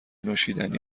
نوشیدنی